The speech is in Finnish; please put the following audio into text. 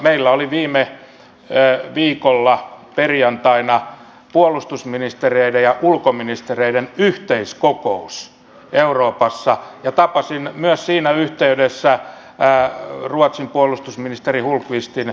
meillä oli viime viikolla perjantaina puolustusministereiden ja ulkoministereiden yhteiskokous euroopassa ja tapasin myös siinä yhteydessä ruotsin puolustusministeri hultqvistin